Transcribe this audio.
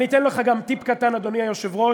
אני אתן לך גם טיפ קטן, אדוני היושב-ראש: